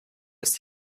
ist